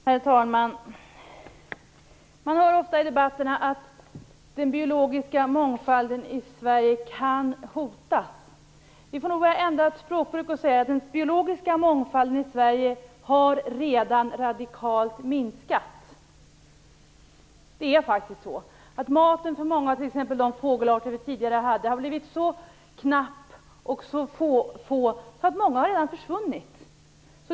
Herr talman! Man hör ofta i debatten att den biologiska mångfalden i Sverige kan hotas. Vi får nog ändra språkbruk och säga att den biologiska mångfalden i Sverige har redan radikalt minskat. Det är faktiskt så. Maten för många av de fågelarter som fanns tidigare har blivit så knapp att många arter redan har försvunnit.